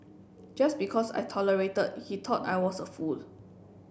just because I tolerated he thought I was a fool